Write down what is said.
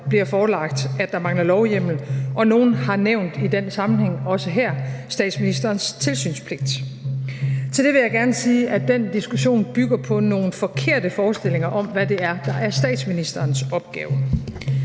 bliver forelagt, at der mangler lovhjemmel. Nogle har i den sammenhæng også her nævnt statsministerens tilsynspligt. Til det vil jeg gerne sige, at den diskussion bygger på nogle forkerte forestillinger om, hvad det er, der er statsministerens opgave.